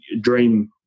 dream